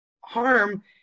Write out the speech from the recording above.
harm